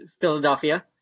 Philadelphia